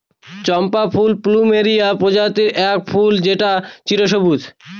চম্পা ফুল প্লুমেরিয়া প্রজাতির এক ফুল যেটা চিরসবুজ